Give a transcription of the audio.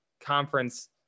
conference